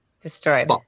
destroyed